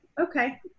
Okay